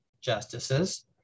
justices